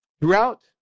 Throughout